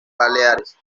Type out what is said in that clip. baleares